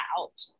out